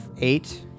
eight